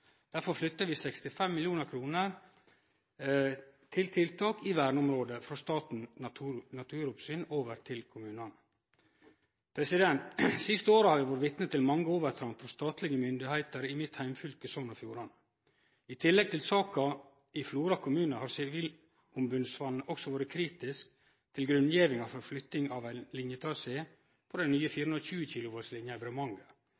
Derfor flytter vi 65 mill. kr til tiltak i verneområda frå Statens naturoppsyn over til kommunane. Siste året har vi vore vitne til mange overtramp frå statlege myndigheiter i mitt heimfylke, Sogn og Fjordane. I tillegg til saka i Flora kommune har Sivilombodsmannen vore kritisk til grunngjevinga for flytting av ein linjetrasé for den nye